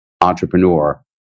entrepreneur